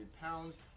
pounds